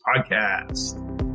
Podcast